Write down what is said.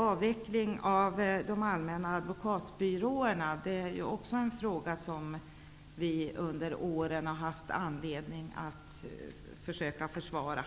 Avveckling av de allmänna advokatbyråerna är också en fråga som vi i Vänsterpartiet har haft anledning att försvara.